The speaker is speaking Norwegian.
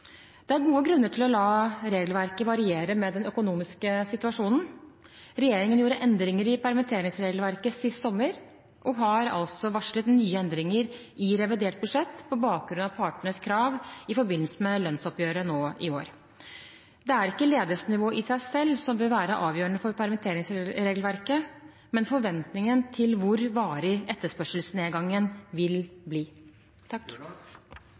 Det er gode grunner til å la regelverket variere med den økonomiske situasjonen. Regjeringen gjorde endringer i permitteringsregelverket sist sommer og har altså varslet nye endringer i revidert budsjett på bakgrunn av partenes krav i forbindelse med lønnsoppgjøret nå i vår. Det er ikke ledighetsnivået i seg selv som bør være avgjørende for permitteringsregelverket, men forventningen til hvor varig etterspørselsnedgangen vil bli.